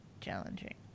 challenging